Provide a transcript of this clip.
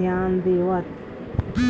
धियान देवत